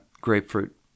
grapefruit